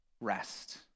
rest